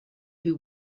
who